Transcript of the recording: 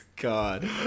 God